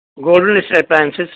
golden appliances